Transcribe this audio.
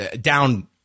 down